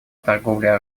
торговле